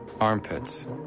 Armpits